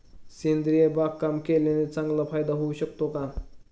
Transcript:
सेंद्रिय बागकाम केल्याने चांगला फायदा होऊ शकतो का?